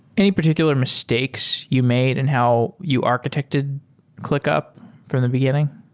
any particular mistakes you made and how you architected clickup from the beginning,